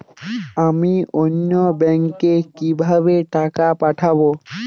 আমি অন্য ব্যাংকে কিভাবে টাকা পাঠাব?